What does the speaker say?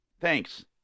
thanks